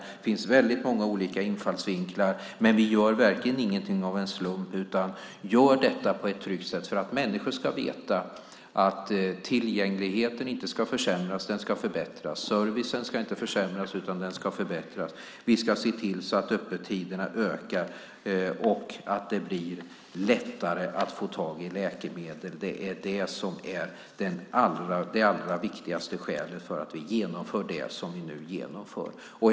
Det finns många olika infallsvinklar, men vi gör verkligen ingenting av en slump. Vi gör detta på ett tryggt sätt för att människor ska veta att tillgängligheten inte ska försämras. Den ska förbättras. Servicen ska inte försämras, utan den ska förbättras. Vi ska se till att öppettiderna ökar och att det blir lättare att få tag i läkemedel. Det är det allra viktigaste skälet till att vi genomför det som vi nu genomför.